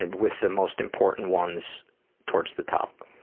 and with the most important ones towards the top.